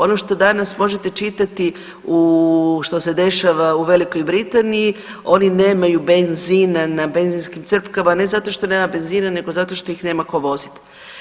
Ono što danas možete čitati, u, što se dešava u Velikoj Britaniji, oni nemaju benzina na benzinskim crpkama, ne zato što nema benzina nego zato što ih nema tko voziti.